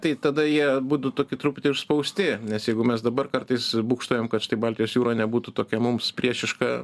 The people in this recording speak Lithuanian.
tai tada jie būtų tokie truputį užspausti nes jeigu mes dabar kartais būgštaujam kad štai baltijos jūra nebūtų tokia mums priešiška